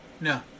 No